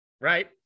Right